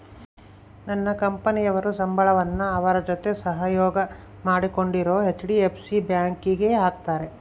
ನನ್ನ ಕಂಪನಿಯವರು ಸಂಬಳವನ್ನ ಅವರ ಜೊತೆ ಸಹಯೋಗ ಮಾಡಿಕೊಂಡಿರೊ ಹೆಚ್.ಡಿ.ಎಫ್.ಸಿ ಬ್ಯಾಂಕಿಗೆ ಹಾಕ್ತಾರೆ